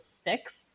six